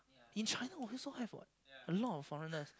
in China we also have what a lot of foreigners